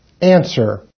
Answer